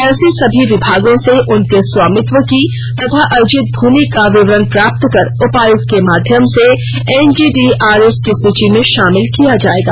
ऐसे सभी विभागों से उनके स्वामित्व की तथा अर्जित भूमि का विवरण प्राप्त कर उपायुक्त के माध्यम से एनजीडीआरएस की सूची में शामिल किया जायेगा